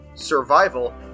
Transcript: survival